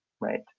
right